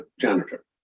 janitor